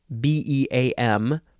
B-E-A-M